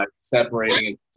separating